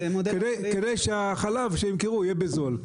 כדי שהחלב שימכרו יהיה בזול.